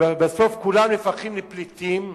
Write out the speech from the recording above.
שבסוף כולם נהפכים לפליטים,